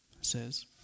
says